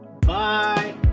Bye